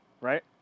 right